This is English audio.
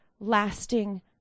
Lasting